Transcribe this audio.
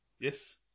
yes